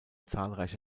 zahlreiche